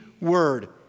word